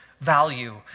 value